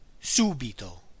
Subito